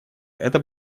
это